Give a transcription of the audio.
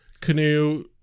canoe